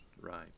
Right